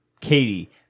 Katie